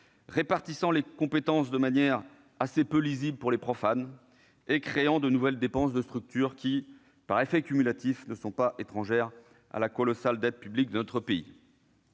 répartissant les compétences de manière assez peu lisible pour les profanes et créant de nouvelles dépenses de structure qui, par effet cumulatif, ne sont pas étrangères à la colossale dette publique de notre pays.